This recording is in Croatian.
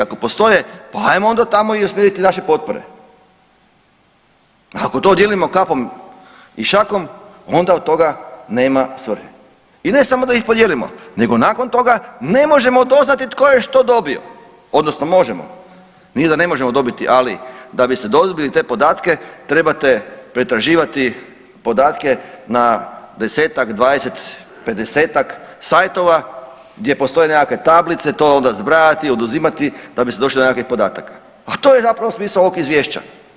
Ako postoje, pa ajmo onda tamo i usmjeriti naše potpore, ako to dijelimo kapom i šakom onda od toga nema svrhe i ne samo da ih podijelimo nego nakon toga ne možemo doznati tko je što dobio odnosno možemo, nije da ne možemo dobiti, ali da biste dobili te podatke trebate pretraživati podatke na 10-tak, 20, 50-tak sajtova gdje postoje nekakve tablice, to onda zbrajati i oduzimati da biste došli do nekakvih podataka, a to je zapravo smisao ovog izvješća.